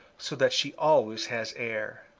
so that she always has air.